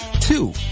Two